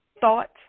thought